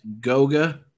Goga